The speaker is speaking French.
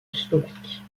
slovaque